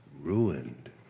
ruined